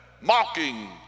mocking